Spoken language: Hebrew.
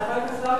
חבר הכנסת והבה,